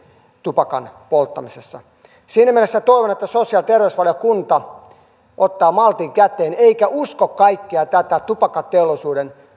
tupakan polttamisessa siinä mielessä toivon että sosiaali ja terveysvaliokunta ottaa maltin käteen eikä usko kaikkea tätä tupakkateollisuuden